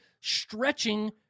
stretching